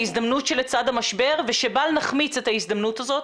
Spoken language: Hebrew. ההזדמנות שלצד המשבר ושבל נחמיץ את ההזדמנות הזאת.